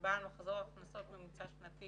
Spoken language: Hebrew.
בעל מחזור ממוצע שנתי